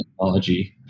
technology